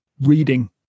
reading